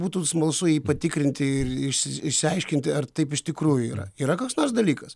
būtų smalsu jį patikrinti ir išsi išsiaiškinti ar taip iš tikrųjų yra yra koks nors dalykas